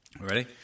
Ready